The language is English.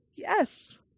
Yes